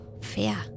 fair